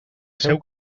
seu